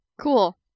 Cool